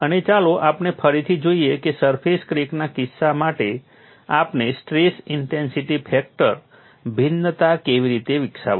અને ચાલો આપણે ફરીથી જોઈએ કે સરફેસ ક્રેકના કિસ્સા માટે આપણે સ્ટ્રેસ ઇન્ટેન્સિટી ફેક્ટર ભિન્નતા કેવી રીતે વિકસાવી